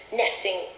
nesting